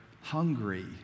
hungry